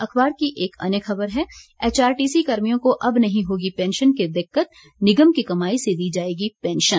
अखबार की एक अन्य खबर है एचआरटीसी कर्मियों को अब नहीं होगी पेंशन की दिक्कत निगम की कमाई से दी जायेगी पेंशन